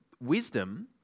wisdom